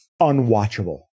unwatchable